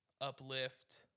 uplift